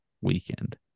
weekend